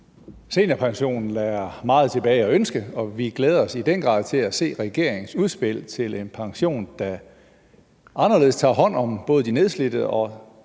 Seniorpensionen lader meget tilbage at ønske, og vi glæder os i den grad til at se regeringens udspil til en pension, der anderledes både tager hånd om de nedslidte og